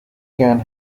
can